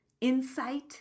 insight